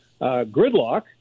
gridlock